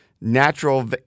natural